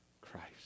Christ